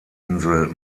insel